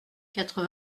quatre